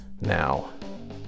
now